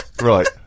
Right